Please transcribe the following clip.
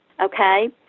okay